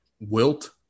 Wilt